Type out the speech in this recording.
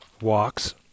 Walks